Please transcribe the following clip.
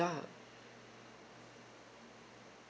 ya